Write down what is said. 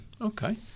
okay